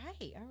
right